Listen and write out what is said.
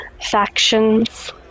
factions